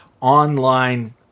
Online